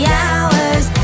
hours